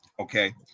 Okay